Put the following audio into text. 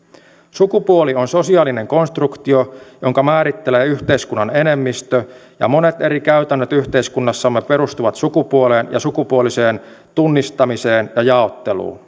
sukupuoli on sosiaalinen konstruktio jonka määrittelee yhteiskunnan enemmistö ja monet eri käytännöt yhteiskunnassamme perustuvat sukupuoleen ja sukupuoliseen tunnistamiseen ja jaotteluun